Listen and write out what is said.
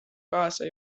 kaasa